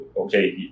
okay